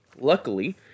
Luckily